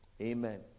Amen